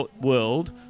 world